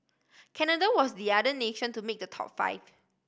Canada was the other nation to make the top five